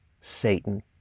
Satan